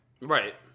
Right